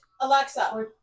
Alexa